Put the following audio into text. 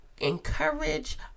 encourage